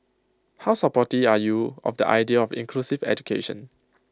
how supportive are you of the idea of inclusive education